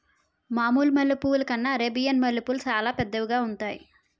మామూలు మల్లె పువ్వుల కన్నా అరేబియన్ మల్లెపూలు సాలా పెద్దవిగా ఉంతాయి